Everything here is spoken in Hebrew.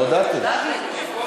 בסדר, לא הודעתם.